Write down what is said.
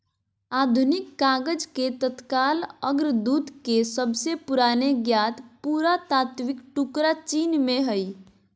आधुनिक कागज के तत्काल अग्रदूत के सबसे पुराने ज्ञात पुरातात्विक टुकड़ा चीन में हइ